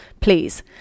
please